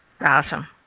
Awesome